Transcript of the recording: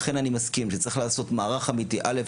כולנו יחד לטובת יצירת מענים הנדרשים, לרבות,